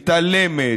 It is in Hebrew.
מתעלמת,